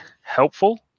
helpful